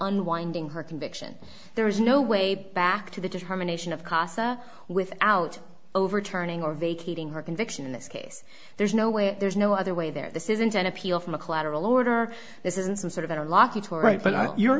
unwinding her conviction there is no way back to the determination of casa without overturning or vacating her conviction in this case there's no way there's no other way there this isn't an appeal from a collateral order this isn't some sort of